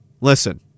listen